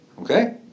Okay